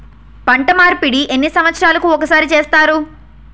పంట మార్పిడి ఎన్ని సంవత్సరాలకి ఒక్కసారి చేస్తారు?